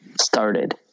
started